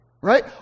right